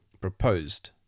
proposed